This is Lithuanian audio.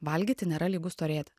valgyti nėra lygu storėti